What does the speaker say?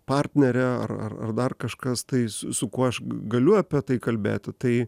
partnerė ar ar ar dar kažkas tai su su kuo aš galiu apie tai kalbėti tai